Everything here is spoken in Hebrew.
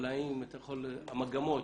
אבל מה לגבי המגמות?